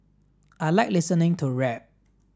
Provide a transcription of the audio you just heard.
I like listening to rap